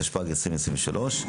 התשפ"ג-2023.